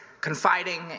confiding